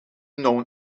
known